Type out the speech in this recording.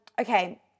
Okay